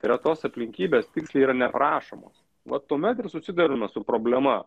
yra tos aplinkybės tiksliai yra neaprašomos va tuomet ir susiduriama su problema